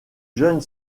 jeune